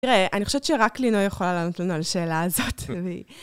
תראה, אני חושבת שרק לינוי יכולה לענות לנו על השאלה הזאת.